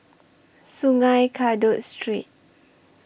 Sungei Kadut Street